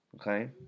okay